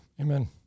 amen